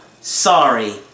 Sorry